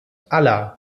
aller